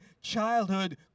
childhood